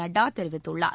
நட்டா தெரிவித்துள்ளார்